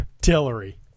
Tillery